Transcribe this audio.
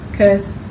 Okay